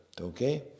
okay